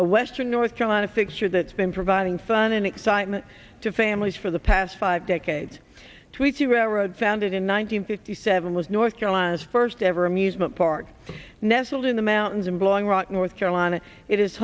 a western north carolina fixture that's been providing fun and excitement to families for the past five decades to each a road founded in one hundred fifty seven was north carolina's first ever amusement park nestled in the mountains and blowing rock north carolina it is